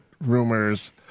rumors